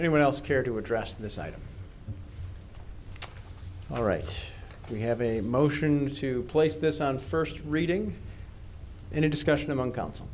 anyone else care to address this item all right we have a motion to place this on first reading in a discussion among coun